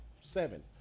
seven